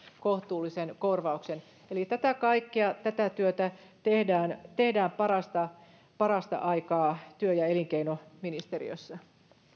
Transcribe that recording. kohtuullisen korvauksen kaikkea tätä työtä tehdään tehdään parasta parasta aikaa työ ja elinkeinoministeriössä